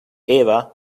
eva